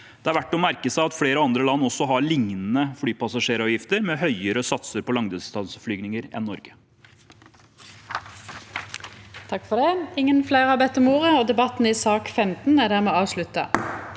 Det er verdt å merke seg at flere andre land også har lignende flypassasjeravgifter, med høyere satser på langdistanseflyvninger enn Norge.